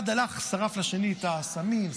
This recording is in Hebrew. אחד הלך ושרף לשני את האסמים.